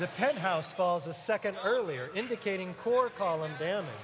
the penthouse falls a second earlier indicating core calling them